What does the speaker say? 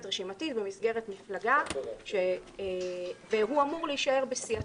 של רשימה של מפלגה והוא אמור להישאר בסיעתו,